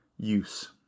Use